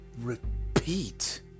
repeat